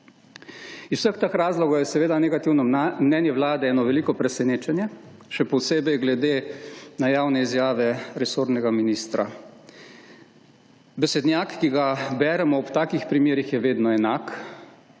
Iz vseh teh razlogov je seveda negativno mnenje vlade eno veliko presenečenje, še posebej glede na javne izjave resornega ministra. Besednjak, ki ga beremo ob takih primerih je vedno enak,